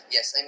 Yes